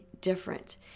different